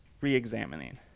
re-examining